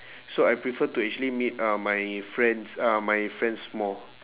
so I prefer to actually meet uh my friends ah my friends more